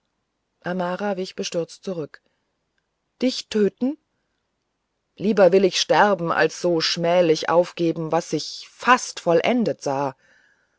amara wich bestürzt zurück dich töten lieber will ich sterben als so schmählich aufgeben was ich fast vollendet sah